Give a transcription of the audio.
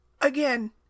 again